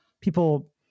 people